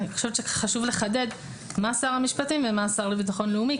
אני חושבת שחשוב לחדד מה שר המשפטים ומה השר לביטחון לאומי,